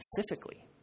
specifically